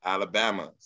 Alabama